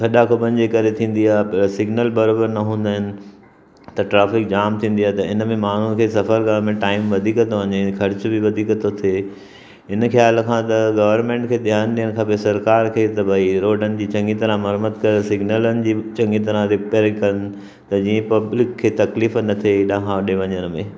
खॾा खोबनि जे करे थींदी थे सिग्नल बराबरि न हूंदा आहिनि त ट्रेफिक जाम थींदी आहे त हिन में माण्हुनि खे सफ़र करण में टाइम वधीक थो वञे ख़र्च बि वधीक थो थिए इन ख़्याल खां त गवरमेंट खे ध्यानु ॾियण खपे सरकार खे त भई रोडनि जी चङी तरह मरम्मत करे सिग्नलनि जी चङी तरह रिपेयरिंग कनि त जीअं पब्लिक खे त तकलीफ़ न थिए हेॾा खां होॾे वञण में